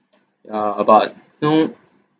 uh but you know